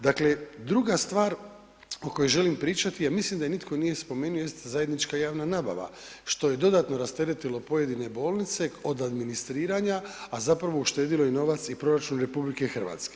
Dakle, druga stvar o kojoj želim pričati jer mislim da je nitko nije spomenuo jest zajednička javna nabava što je dodatno rasteretilo pojedine bolnice od administriranja a zapravo uštedjelo i novac i proračun RH.